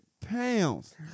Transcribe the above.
Pounds